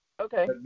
okay